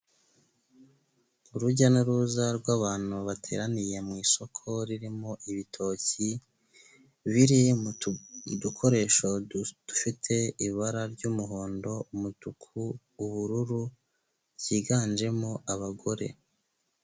Urujya n'uruza rw'abantu bateraniye mu isoko ririmo ibitoki biri mu dukoresho dufite ibara ry'umuhondo, umutuku, ubururu ryiganjemo abagore.